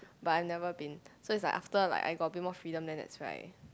but I've never been so it's like after like I got a bit more freedom then it's right